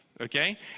Okay